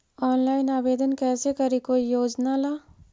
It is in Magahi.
ऑनलाइन आवेदन कैसे करी कोई योजना ला?